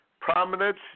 prominence